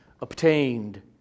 obtained